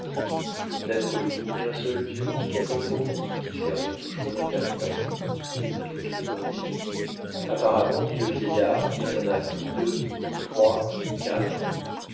n'adorez vous qu'un seul dieu dit cacambo qui servait toujours d'interprète aux doutes de candide apparemment dit le vieillard qu'il n'y en a ni deux ni trois ni quatre